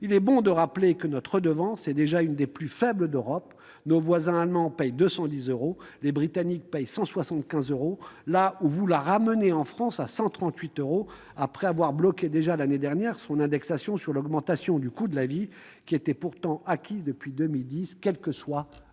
il est bon de rappeler que notre redevance est déjà l'une des plus faibles d'Europe : nos voisins allemands paient 210 euros et les Britanniques 175 euros, là où vous ramenez la contribution française à 138 euros, après avoir bloqué l'année dernière son indexation sur l'augmentation du coût de la vie, pourtant acquise depuis 2010, quelles que soient les